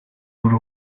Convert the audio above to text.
boule